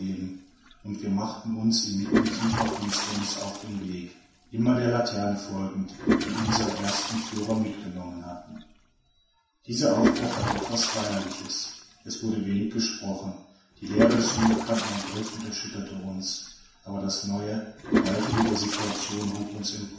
und wir machten uns inmitten tiefer finsterniß auf den weg immer der laterne folgend die unsere ersten führer mitgenommen hatten dieser aufbruch hatte etwas feierliches es wurde wenig gesprochen die leere des unbekannten ergriff und erschütterte uns aber das neue gewaltige der situation hob uns